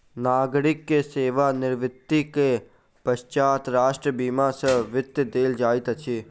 नागरिक के सेवा निवृत्ति के पश्चात राष्ट्रीय बीमा सॅ वृत्ति देल जाइत अछि